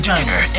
Diner